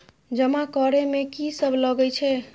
जमा करे में की सब लगे छै?